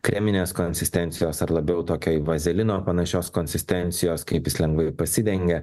kreminės konsistencijos ar labiau tokio į vazelino panašios konsistencijos kaip jis lengvai pasidengia